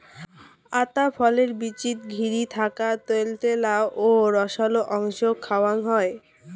আতা ফলের বীচিক ঘিরি থাকা ত্যালত্যালা ও রসালো অংশক খাওয়াং হই